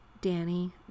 Danny